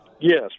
Yes